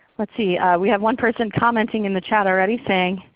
let's see, we had one person commenting in the chat already saying,